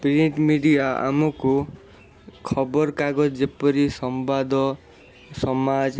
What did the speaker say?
print media ଆମକୁ ଖବରକାଗଜ ଯେପରି ସମ୍ବାଦ ସମାଜ